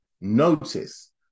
Notice